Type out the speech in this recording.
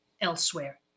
elsewhere